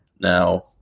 Now